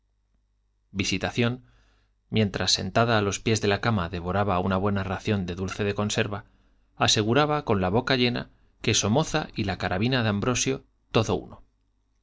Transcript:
visitación mientras sentada a los pies de la cama devoraba una buena ración de dulce de conserva aseguraba con la boca llena que somoza y la carabina de ambrosio todo uno